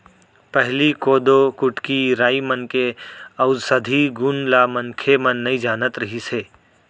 पहिली कोदो, कुटकी, राई मन के अउसधी गुन ल मनखे मन नइ जानत रिहिस हे